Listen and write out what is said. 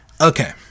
Okay